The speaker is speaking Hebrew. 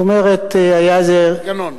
המנגנון.